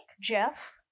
Jeff